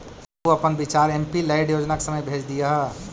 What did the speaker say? तु अपन विचार एमपीलैड योजना के समय भेज दियह